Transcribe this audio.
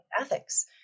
ethics